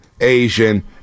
Asian